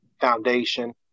foundation